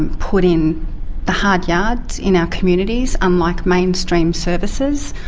and put in the hard yards in our communities, unlike mainstream services,